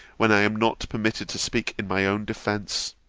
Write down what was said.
when i am not permitted to speak in my own defence.